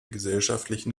gesellschaftlichen